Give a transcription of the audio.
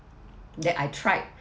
that I tried